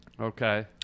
Okay